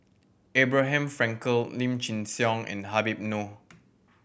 Abraham Frankel Lim Chin Siong and Habib Noh